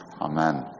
Amen